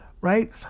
right